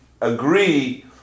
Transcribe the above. agree